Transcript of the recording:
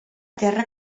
terra